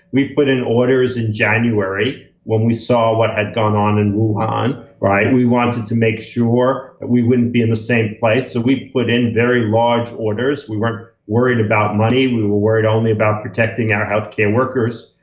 we put in orders in january when we saw what had gone on in wuhan, right? we wanted to make sure that we wouldn't be in the same place. so we put in very large orders. we weren't worried about money. we we were worried only about protecting our healthcare workers.